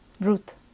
Ruth